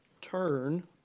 turn